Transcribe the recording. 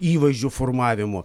įvaizdžio formavimo